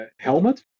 helmet